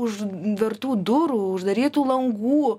už vertų durų uždarytų langų